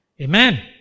Amen